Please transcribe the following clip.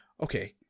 okay